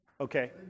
Okay